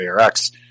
ARX